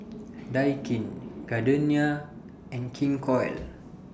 Daikin Gardenia and King Koil